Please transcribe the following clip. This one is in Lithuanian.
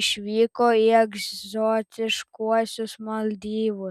išvyko į egzotiškuosius maldyvus